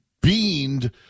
beamed